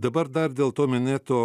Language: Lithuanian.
dabar dar dėl to minėto